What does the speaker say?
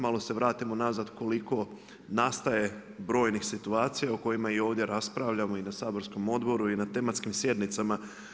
malo se vratimo nazad koliko nastaje brojnih situacija u kojima i ovdje raspravljamo i na saborskom odboru i na tematskim sjednicama.